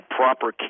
proper